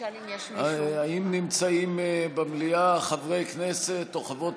האם נמצאים במליאה חברי כנסת או חברות